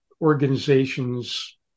organizations